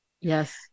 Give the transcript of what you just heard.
Yes